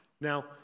Now